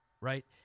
right